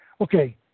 Okay